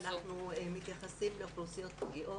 אנחנו מתייחסים לאוכלוסיות פגיעות.